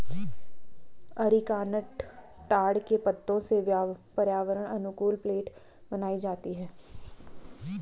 areca nut ताड़ के पत्तों से पर्यावरण अनुकूल प्लेट बनाई जाती है